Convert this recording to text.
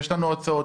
יש לנו הצעות,